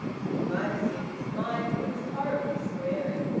in the privacy of his mind he was horribly swearing.